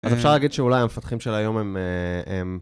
אז אפשר להגיד שאולי המפתחים של היום הם...